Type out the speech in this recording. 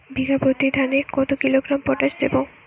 বিঘাপ্রতি ধানে কত কিলোগ্রাম পটাশ দেবো?